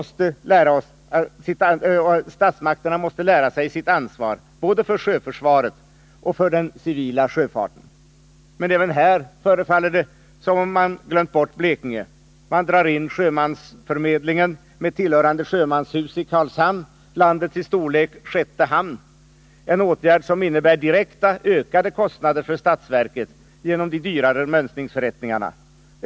Statsmakterna måste lära sig sitt ansvar — både för sjöförsvaret och för den civila sjöfarten. Men även här förefaller det som om man hade glömt bort Blekinge. Man drar in sjömansförmedlingen med tillhörande sjömanshus i Karlshamn, landets i storlek sjätte hamn — en åtgärd som innebär direkta ökade kostnader för statsverket genom de dyrare mönstringsförrättningarna.